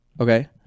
okay